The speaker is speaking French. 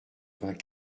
vingt